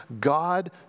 God